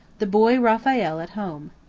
the boy raphael at home.